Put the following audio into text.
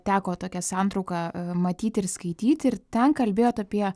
teko tokią santrauką matyti ir skaityti ir ten kalbėjot apie